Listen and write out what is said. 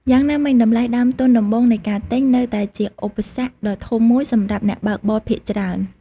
យ៉ាងណាមិញ តម្លៃដើមទុនដំបូងនៃការទិញ នៅតែជាឧបសគ្គដ៏ធំមួយសម្រាប់អ្នកបើកបរភាគច្រើន។